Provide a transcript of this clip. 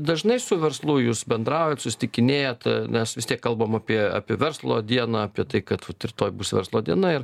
dažnai su verslu jūs bendraujat susitikinėjat nes vis tiek kalbam apie apie verslo dieną apie tai kad vat rytoj bus verslo diena ir